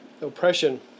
oppression